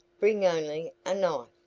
bring only a knife.